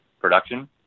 production